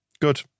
Good